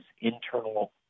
internal